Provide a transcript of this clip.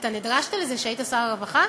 אתה נדרשת לזה כשהיית שר הרווחה?